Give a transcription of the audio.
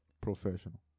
Professional